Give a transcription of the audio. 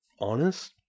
honest